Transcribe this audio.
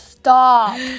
Stop